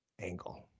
angle